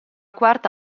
quarta